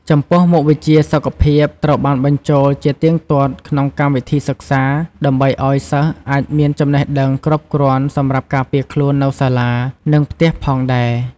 ចំពោះមុខវិជ្ជាសុខភាពត្រូវបានបញ្ចូលជាទៀងទាត់ក្នុងកម្មវិធីសិក្សា ដើម្បីឲ្យសិស្សអាចមានចំណេះដឹងគ្រប់គ្រាន់សម្រាប់ការពារខ្លួននៅសាលា និងផ្ទះផងដែរ។